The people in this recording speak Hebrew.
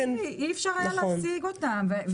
אי אפשר היה להשיג אותם.